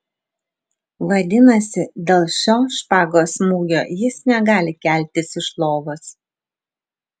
vadinasi dėl šio špagos smūgio jis negali keltis iš lovos